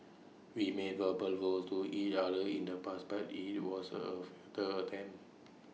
we made verbal vows to each other in the past but IT was A futile attempt